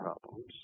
problems